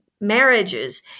marriages